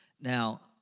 Now